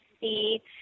see